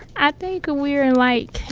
i think we're in, like,